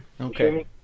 Okay